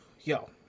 yo